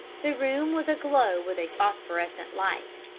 the room was aglow with a phosphorescent light,